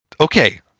okay